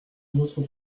votre